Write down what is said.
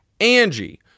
Angie